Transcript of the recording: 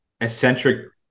eccentric